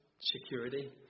security